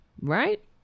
Right